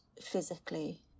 physically